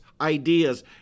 ideas